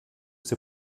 ces